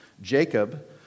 Jacob